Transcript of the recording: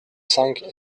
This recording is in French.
cinq